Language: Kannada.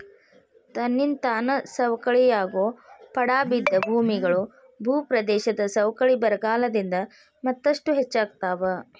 ತನ್ನಿಂತಾನ ಸವಕಳಿಯಾಗೋ ಪಡಾ ಬಿದ್ದ ಭೂಮಿಗಳು, ಭೂಪ್ರದೇಶದ ಸವಕಳಿ ಬರಗಾಲದಿಂದ ಮತ್ತಷ್ಟು ಹೆಚ್ಚಾಗ್ತಾವ